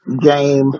game